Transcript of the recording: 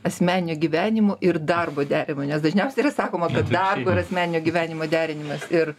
asmeninio gyvenimo ir darbo derinimo nes dažniausiai yra sakoma kad darbo ir asmeninio gyvenimo derinimas ir